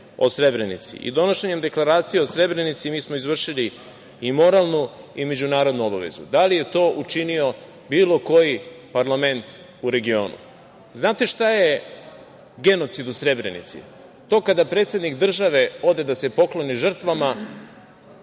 o Srebrenici. Donošenjem Deklaracije o Srebrenici mi smo izvršili i moralnu i međunarodnu obavezu. Da li je to učinio bilo koji parlament u regionu? Da li znate šta je genocid u Srebrenici? To kada predsednik države ode da se pokloni žrtvama,